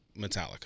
Metallica